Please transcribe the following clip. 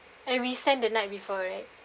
and we send the night before right